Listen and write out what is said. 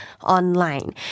online